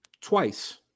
twice